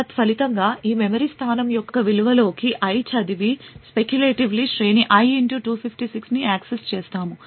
తత్ఫలితంగా ఈ మెమరీ స్థానం యొక్క విలువనులోకి i చదివి speculatively శ్రేణి i 256 ని యాక్సెస్ చేస్తాము